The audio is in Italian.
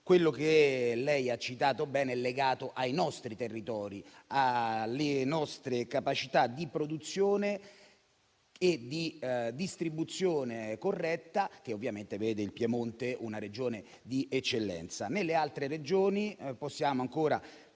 quello che lei ha citato bene e che è legato ai nostri territori, alle nostre capacità di produzione e di distribuzione corretta, che ovviamente vedono il Piemonte come una Regione di eccellenza. Nelle altre Regioni possiamo ancora